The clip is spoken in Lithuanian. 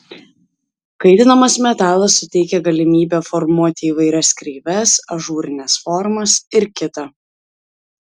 kaitinamas metalas suteikia galimybę formuoti įvairias kreives ažūrines formas ir kita